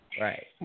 Right